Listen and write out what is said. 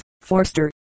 Forster